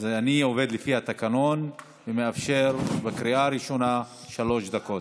אני עובד לפי התקנון ומאפשר בקריאה ראשונה שלוש דקות.